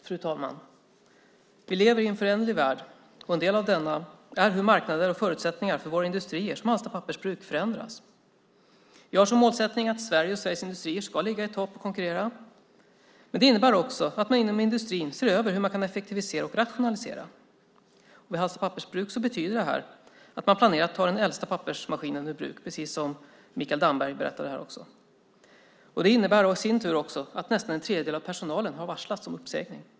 Fru talman! Vi lever i en föränderlig värld. En del av detta är hur marknader och förutsättningar för våra industrier, som Hallsta pappersbruk, förändras. Vi har som målsättning att Sverige och Sveriges industrier ska ligga i topp och konkurrera. Det innebär också att man inom industrin ser över hur man kan effektivisera och rationalisera. Vid Hallsta pappersbruk betyder det att man, precis som Mikael Damberg berättade, planerar att ta den äldsta pappersmaskinen ur bruk. Det innebär att nästan en tredjedel av personalen har varslats om uppsägning.